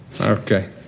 Okay